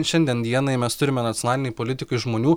šiandien dienai mes turime nacionalinėj politikoj žmonių